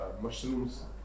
mushrooms